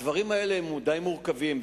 הדברים האלה הם די מורכבים.